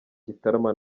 gitarama